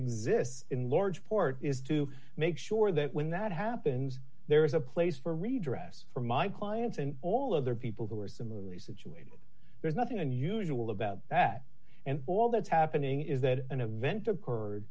exists in large part is to make sure that when that happens there is a place for redress for my clients and all other people who are similarly situated there's nothing unusual about that and all that's happening is that an event occurred